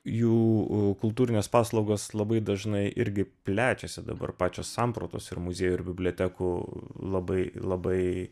jų kultūrinės paslaugos labai dažnai irgi plečiasi dabar pačios sampratos ir muziejų ir bibliotekų labai labai